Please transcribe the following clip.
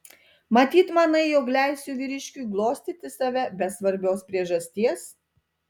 matyt manai jog leisiu vyriškiui glostyti save be svarbios priežasties